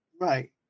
right